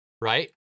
Right